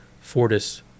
Fortis